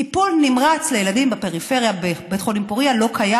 טיפול נמרץ לילדים בפריפריה בבית חולים פוריה לא קיים.